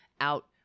out